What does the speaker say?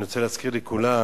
אני רוצה להזכיר לכולם